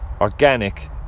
organic